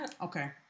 Okay